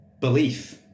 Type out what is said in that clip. belief